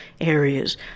areas